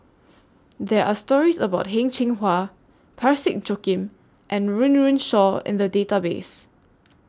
There Are stories about Heng Cheng Hwa Parsick Joaquim and Run Run Shaw in The Database